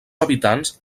habitants